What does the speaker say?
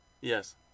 Yes